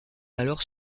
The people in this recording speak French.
alors